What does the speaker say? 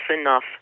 enough